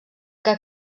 que